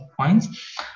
points